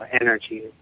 energy